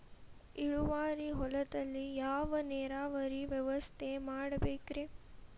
ಇಳುವಾರಿ ಹೊಲದಲ್ಲಿ ಯಾವ ನೇರಾವರಿ ವ್ಯವಸ್ಥೆ ಮಾಡಬೇಕ್ ರೇ?